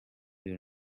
your